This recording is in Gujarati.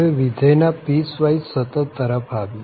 હવે વિધેય ના પીસવાઈસ સતત તરફ આવીએ